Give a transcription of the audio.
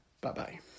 bye-bye